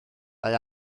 mae